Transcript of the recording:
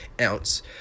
ounce